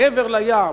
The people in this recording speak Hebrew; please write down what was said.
מעבר לים,